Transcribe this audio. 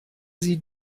sie